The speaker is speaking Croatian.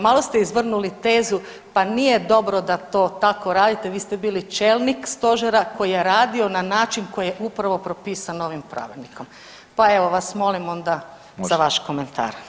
Malo ste izvrnuli tezu pa nije dobro da to tako radite, vi ste bili čelnik stožera koji je radio na način koji je upravo propisan ovim pravilnikom, pa evo vas molim za vaš komentar.